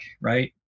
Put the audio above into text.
right